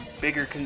bigger